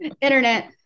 internet